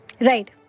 Right